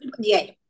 dia